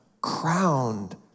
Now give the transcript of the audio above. crowned